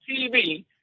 TV